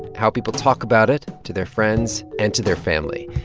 how people talk about it to their friends and to their family.